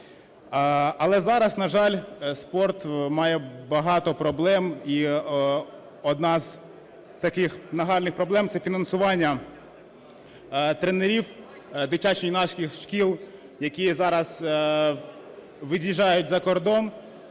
Але зараз, на жаль, спорт має багато проблем. І одна з таких нагальних проблем – це фінансування тренерів дитячо-юнацьких шкіл, які зараз від'їжджають за кордон